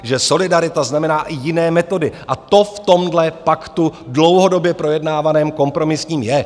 Že solidarita znamená i jiné metody, a to v tomhle paktu, dlouhodobě projednávaném, kompromisním, je.